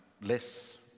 less